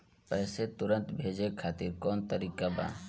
पैसे तुरंत भेजे खातिर कौन तरीका बा?